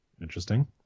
interesting